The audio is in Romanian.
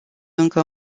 încă